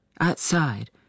Outside